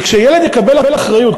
כי כשילד יקבל אחריות,